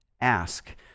ask